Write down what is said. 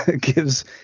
gives